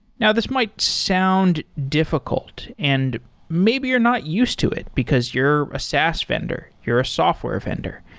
now this might sound difficult and maybe you're not used to it because you're a saas vendor, you're a software vendor,